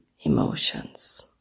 emotions